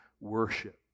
worship